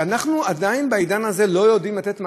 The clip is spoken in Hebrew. ואנחנו עדיין, בעידן הזה, לא יודעים לתת מענה.